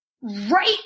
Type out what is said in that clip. right